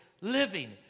living